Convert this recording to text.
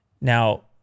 Now